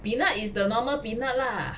peanut is the normal peanut lah